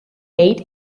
eight